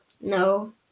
No